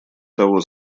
того